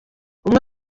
umwe